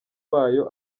wayo